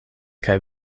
kaj